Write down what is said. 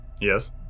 yes